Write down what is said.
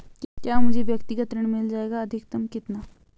क्या मुझे व्यक्तिगत ऋण मिल जायेगा अधिकतम कितना?